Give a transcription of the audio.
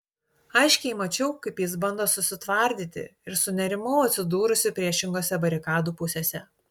aiškiai mačiau kaip jis bando susitvardyti ir sunerimau atsidūrusi priešingose barikadų pusėse